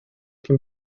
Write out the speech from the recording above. can